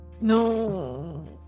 No